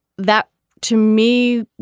that to me.